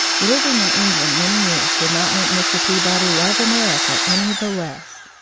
living in england many years did not make mr. peabody love america any the less.